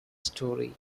story